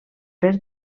per